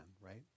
right